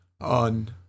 on